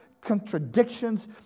contradictions